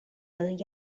was